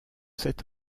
sept